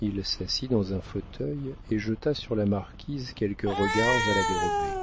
il s'assit dans un fauteuil et jeta sur la marquise quelques regards à la dérobée